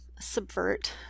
subvert